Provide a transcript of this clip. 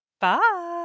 bye